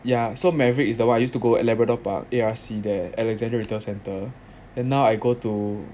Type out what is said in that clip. ya so maverick is the one I used to go at labrador park A_R_C there alexandra retail centre and now I go to